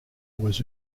was